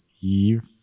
Eve